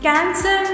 Cancer